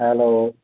hello